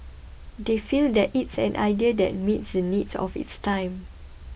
they feel that it's an idea that meets the needs of its time